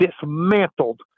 dismantled